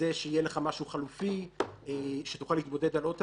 שיהיה לך משהו חלופי שתוכל להתמודד על עוד תפקידים.